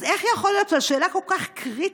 אז איך יכול להיות שעל שאלה כל כך קריטית,